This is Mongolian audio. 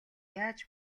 яаж